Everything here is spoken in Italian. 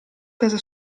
casa